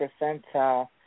percentile